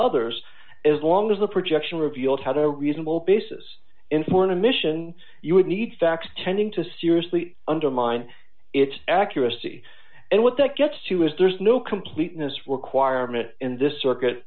others as long as the projection revealed how to reasonable basis in foreign a mission you would need facts tending to seriously undermine its accuracy and what that gets to is there's no completeness requirement in this circuit